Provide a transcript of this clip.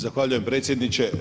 Zahvaljujem predsjedniče.